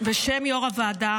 בשם יו"ר הוועדה,